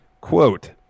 quote